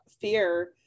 fear